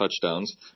touchdowns